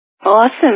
Awesome